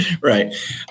Right